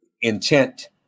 intent